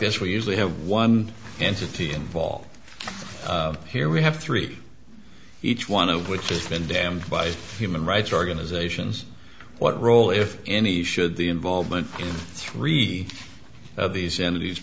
this we usually have one entity involved here we have three each one of which has been damaged by human rights organizations what role if any should the involvement in three these